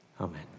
Amen